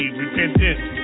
repentance